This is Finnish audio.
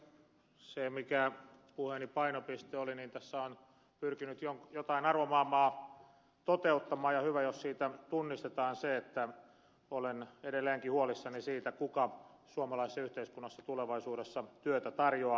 se mikä puheeni painopiste oli niin tässä olen pyrkinyt jotain arvomaailmaa toteuttamaan ja hyvä jos siitä tunnistetaan se että olen edelleenkin huolissani siitä kuka suomalaisessa yhteiskunnassa tulevaisuudessa työtä tarjoaa